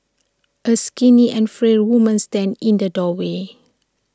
A skinny and frail woman stands in the doorway